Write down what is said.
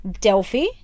Delphi